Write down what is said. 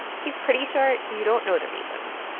he's pretty sure you don't know the reason.